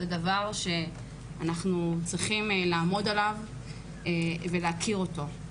זה דבר שאנחנו צריכים לעמוד עליו ולהכיר אותו.